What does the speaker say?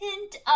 hint